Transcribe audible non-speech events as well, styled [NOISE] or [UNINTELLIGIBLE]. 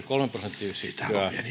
[UNINTELLIGIBLE] kolme prosenttiyksikköä